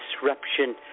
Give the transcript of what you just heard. disruption